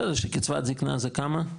בסדר שקצבת הזקנה זה כמה?